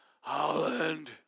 Holland